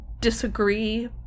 disagree